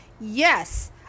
yes